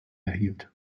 erhielt